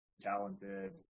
talented